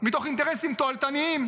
מתוך אינטרסים תועלתניים,